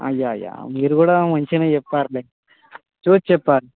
yeah yeah మీరు కూడా మంచిగానే చెప్పారులే చూసి చెప్పారు